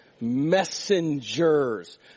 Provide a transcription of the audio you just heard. messengers